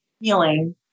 feeling